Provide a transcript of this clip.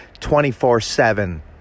24-7